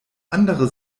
andere